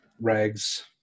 rags